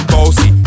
Bossy